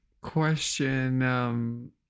question